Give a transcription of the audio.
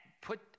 put